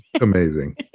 amazing